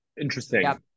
Interesting